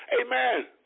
amen